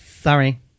Sorry